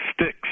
Sticks